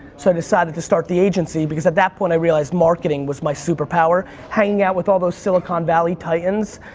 so i decided to start the agency because at that point i realized marketing was my superpower. hanging out with all those silicon valley titans,